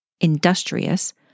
industrious